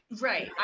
Right